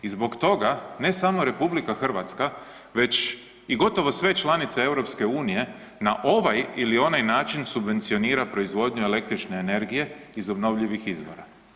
I zbog toga ne samo RH već i gotovo sve članice EU na ovaj ili onaj način subvencionira proizvodnju električne energije iz obnovljivih izvora.